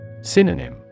Synonym